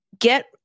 get